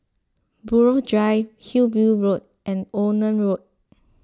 Buroh Drive Hillview Road and Onan Road